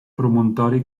promontori